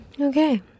Okay